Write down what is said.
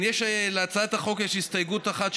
להצעת החוק יש הסתייגות אחת,